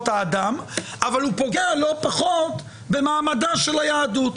האדם אבל הוא פוגע לא פחות במעמדה של היהדות.